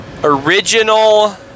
original